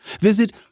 visit